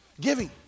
Giving